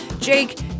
Jake